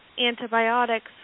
antibiotics